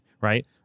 right